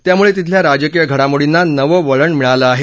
त्यामुळे तिथल्या राजकीय घडामोडींना नवं वळण मिळालं आहे